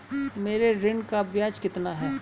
मेरे ऋण का ब्याज कितना है?